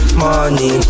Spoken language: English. money